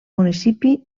municipi